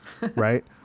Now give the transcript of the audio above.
right